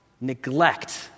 neglect